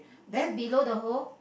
then below the hole